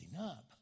up